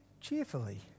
cheerfully